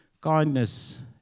kindness